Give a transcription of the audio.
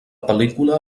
pel·lícula